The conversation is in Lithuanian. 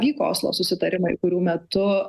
vyko oslo susitarimai kurių metu